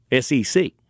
SEC